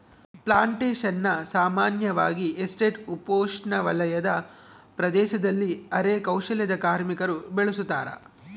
plantations ಸಾಮಾನ್ಯವಾಗಿ estate ಉಪೋಷ್ಣವಲಯದ ಪ್ರದೇಶದಲ್ಲಿ ಅರೆ ಕೌಶಲ್ಯದ ಕಾರ್ಮಿಕರು ಬೆಳುಸತಾರ